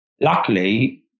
Luckily